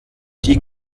die